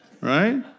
right